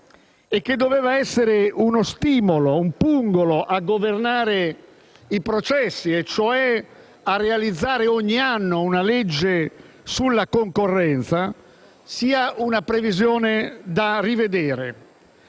che doveva essere uno stimolo e un pungolo a governare i processi, cioè quella di realizzare ogni anno una legge sulla concorrenza, sia una previsione da rivedere.